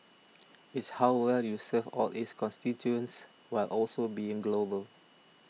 it's how well you serve all its constituents while also being global